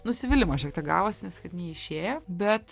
nusivylimas šiek tiek gavosi nes kad neišėjo bet